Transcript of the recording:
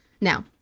now